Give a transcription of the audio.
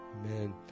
Amen